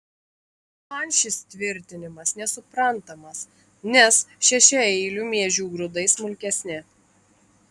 man šis tvirtinimas nesuprantamas nes šešiaeilių miežių grūdai smulkesni